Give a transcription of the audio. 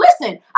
Listen